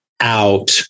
out